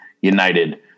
United